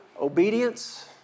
obedience